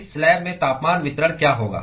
इस स्लैब में तापमान वितरण क्या होगा